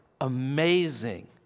amazing